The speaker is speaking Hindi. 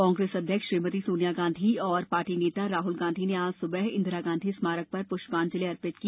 कांग्रेस अध्यक्ष श्रीमती सोनिया गांधी और पार्टी नेता राहुल गांधी ने आज सुबह इन्दिरा गांधी स्मारक पर पुष्पांजलि अर्पित की